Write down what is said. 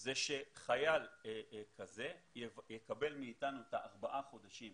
זה שחייל כזה יקבל מאתנו את ארבעת החודשים